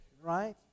right